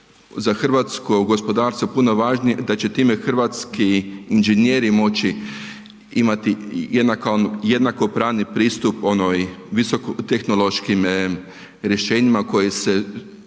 za hrvatsko gospodarstvo puno važnije da će time hrvatski inženjeri moći imati jednako pravni pristup onoj visoko tehnološkim rješenjima koji se